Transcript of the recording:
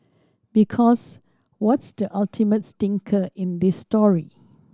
because what's the ultimate stinker in this story